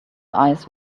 eyes